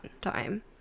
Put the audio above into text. time